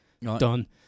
Done